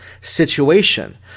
situation